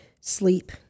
sleep